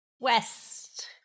West